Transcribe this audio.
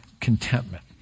contentment